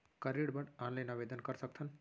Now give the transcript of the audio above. का ऋण बर ऑनलाइन आवेदन कर सकथन?